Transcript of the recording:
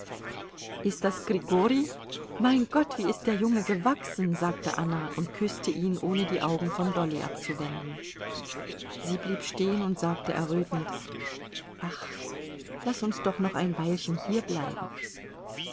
ist das grigori mein gott wie ist der junge gewachsen sagte anna und küßte ihn ohne die augen von dolly abzuwenden sie blieb stehen und sagte errötend ach laß uns doch noch ein weilchen hierbleiben